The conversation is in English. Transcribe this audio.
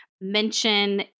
mention